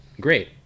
great